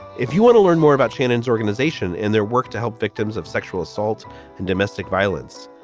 if you want to learn more about shannon's organization and their work to help victims of sexual assault and domestic violence,